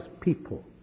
people